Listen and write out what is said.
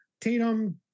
Tatum